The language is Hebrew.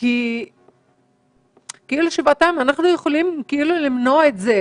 כי אנחנו יכולים כאילו למנוע את זה,